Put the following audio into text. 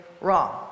wrong